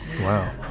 wow